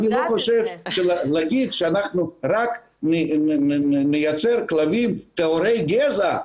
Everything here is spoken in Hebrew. אני לא חושב שלהגיד שאנחנו רק נייצר כלבים טהורי גזע,